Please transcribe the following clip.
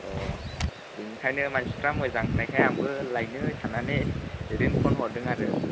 अह बेनिखायनो मानसिफ्रा मोजां होननायखाय आंबो लायनो साननानै ओरैनो फ'न हरदों आरो